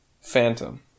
Phantom